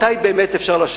מתי, באמת, אפשר לשבת?